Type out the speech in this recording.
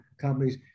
companies